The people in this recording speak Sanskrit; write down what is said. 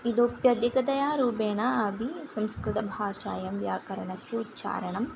इतोप्यधिकतया रूपेण अपि संस्कृतभाषायां व्याकरणस्य उच्चारणं